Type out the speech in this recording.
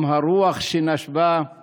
עם הרוח שנשבה /